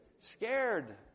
scared